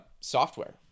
software